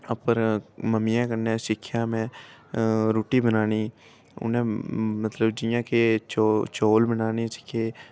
अपने मम्मियै कन्नै सिक्खेआ में रुट्टी बनानी उ'नें मतलब जि'यां के चौ चौल बनाना सिक्खे फुलके बनाना सिक्खे